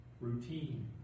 routine